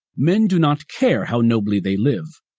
men do not care how nobly they live,